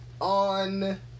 on